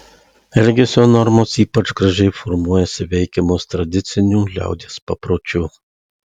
elgesio normos ypač gražiai formuojasi veikiamos tradicinių liaudies papročių